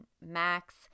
max